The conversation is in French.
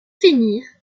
finir